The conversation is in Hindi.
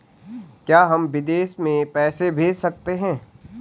क्या हम विदेश में पैसे भेज सकते हैं?